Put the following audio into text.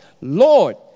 Lord